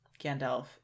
Gandalf